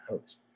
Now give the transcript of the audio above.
host